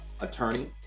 attorney